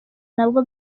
nabwo